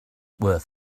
were